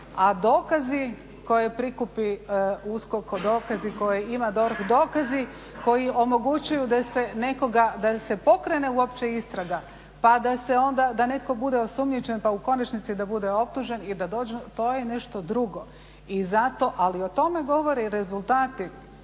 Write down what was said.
a dokazi koje prikupi USKOK, dokazi koje ima DORH, dokazi koji omogućuju da se nekoga, da se pokrene uopće istraga pa da se onda, da netko bude osumnjičen pa da u konačnici da bude optužen i da dođe, to je nešto drugo. I zato ali o tome govori rezultati